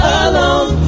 alone